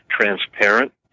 transparent